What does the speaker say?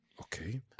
Okay